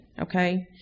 okay